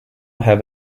have